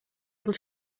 able